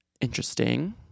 Interesting